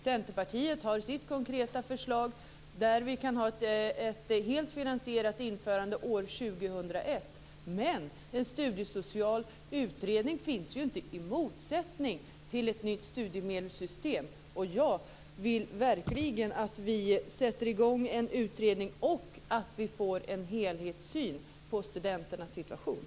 Centerpartiet har sitt konkreta förslag, som vi helt finansierat kan införa år 2001. Men en studiesocial utredning står ju inte i motsättning till ett nytt studiemedelssystem, och jag vill verkligen att vi sätter i gång en utredning och får en helhetsbild av studenternas situation.